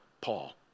Paul